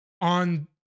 on